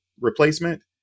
replacement